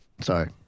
Sorry